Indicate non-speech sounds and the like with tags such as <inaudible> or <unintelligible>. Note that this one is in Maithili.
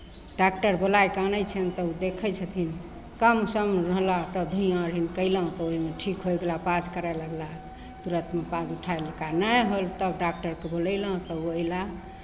डाक्टर बुलाय कऽ आनै छियनि तऽ ओ देखै छथिन कम सम रहला तऽ <unintelligible> कयलहुँ तऽ ओहिमे ठीक होय गेला पाज करय लगला तुरन्तमे पाज उठाय ललका नहि होयलाह तब डाक्टरकेँ बुलयलहुँ तऽ ओ अयला